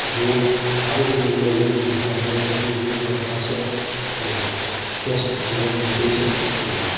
योग हर उम्रके लोग भी करना चाही योग करलासँ नइ नइ स्वस्थ जीवन बीतय छै नइ नइ